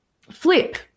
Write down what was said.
flip